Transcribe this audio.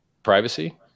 privacy